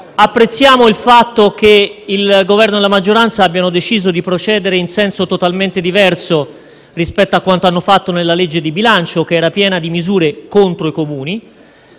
Apprezziamo il fatto che il Governo e la maggioranza abbiano deciso di procedere in senso totalmente diverso rispetto a quanto fatto nella legge di bilancio, che era piena di misure contro i Comuni.